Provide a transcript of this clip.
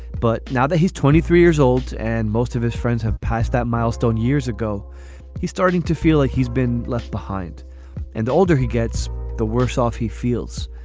but now that he's twenty three years old and most of his friends have passed that milestone years ago he's starting to feel like he's been left behind and the older he gets the worse off he feels.